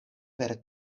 per